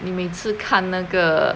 你每次看那个